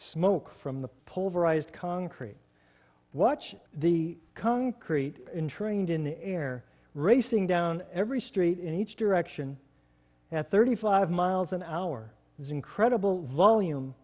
smoke from the polarized concrete watch the concrete in trained in the air racing down every street in each direction at thirty five miles an hour is incredible volume